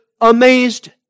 amazed